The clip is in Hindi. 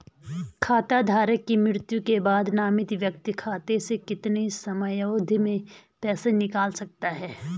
खाता धारक की मृत्यु के बाद नामित व्यक्ति खाते से कितने समयावधि में पैसे निकाल सकता है?